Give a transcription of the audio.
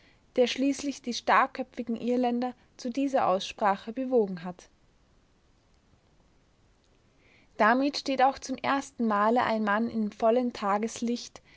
der schließlich die starrköpfigen irländer zu dieser aussprache bewogen hat damit steht auch zum erstenmale ein mann im vollen tageslicht